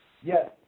yes